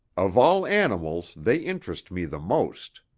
of all animals they interest me the most.